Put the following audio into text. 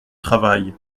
travail